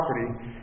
property